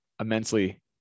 immensely